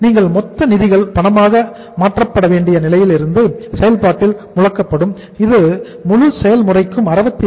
உங்கள் மொத்த நிதிகள் பணமாக மாற்றப்பட வேண்டிய நிலையிலிருந்து செயல்பாட்டில் முடக்கப்படும் இந்த முழு செயல்முறைக்கும் 68